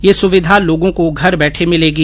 यह सुविधा लोगों को घर बैठे मिलेंगी